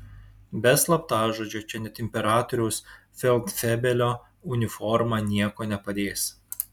be slaptažodžio čia net imperatoriaus feldfebelio uniforma nieko nepadės